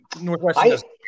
Northwestern